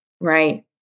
right